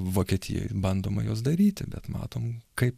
vokietijoj bandoma juos daryti bet matom kaip